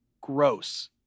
gross